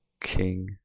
king